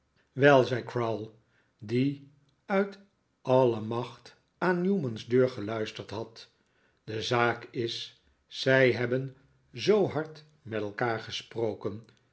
crowl die uit alle macht aan newman's deur geluisterd had de zaak is zij hebben zoo hard met elkaar gesproken